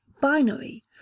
Binary